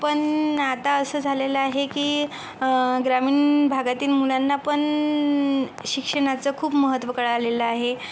पण आता असं झालेलं आहे की ग्रामीण भागातील मुलांना पण शिक्षणाचं खूप महत्त्व कळलेलं आहे